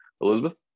Elizabeth